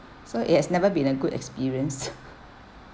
so it has never been a good experience